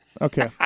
Okay